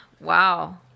wow